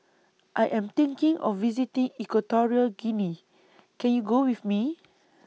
I Am thinking of visiting Equatorial Guinea Can YOU Go with Me